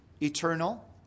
eternal